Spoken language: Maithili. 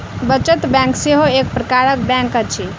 बचत बैंक सेहो एक प्रकारक बैंक अछि